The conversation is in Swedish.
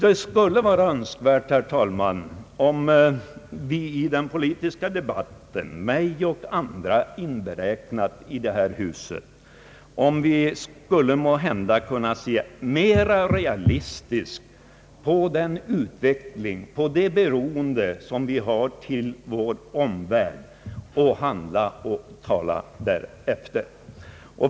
Det skulle vara önskvärt, herr talman, om vi i den politiska debatten, mig och andra i detta hus inberäknade, skulle kunna se mera realistiskt på den utveckling och på det beroende som vi har i förhållande till vår omvärld och handla och tala därefter.